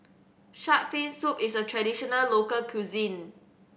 Shark's Fin Soup is a traditional local cuisine